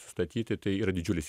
statyti tai yra didžiulis